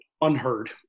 unheard